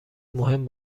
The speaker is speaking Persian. مهم